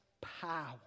power